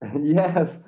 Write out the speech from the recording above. Yes